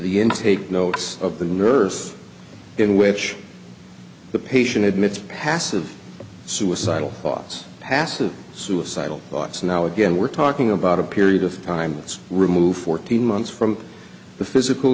the intake notes of the nurse in which the patient admits passive suicidal thoughts passive suicidal thoughts now again we're talking about a period of time it's removed fourteen months from the physical